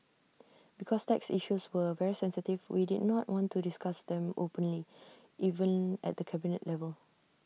because tax issues were very sensitive we did not want to discuss them openly even at the cabinet level